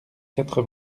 quatre